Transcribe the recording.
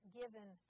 given